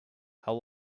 how